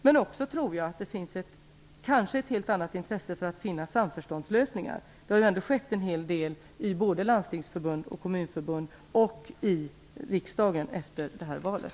Men jag tror också att det finns ett helt annat intresse för att finna samförståndslösningar. Det har ändå skett en hel del i både landstingsförbund och kommunförbund samt i riksdagen efter valet.